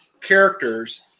characters